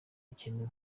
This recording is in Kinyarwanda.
bikenewe